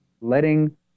letting